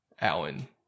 Alan